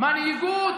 מנהיגות